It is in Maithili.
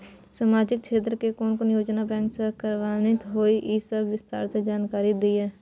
सामाजिक क्षेत्र के कोन कोन योजना बैंक स कार्यान्वित होय इ सब के विस्तार स जानकारी दिय?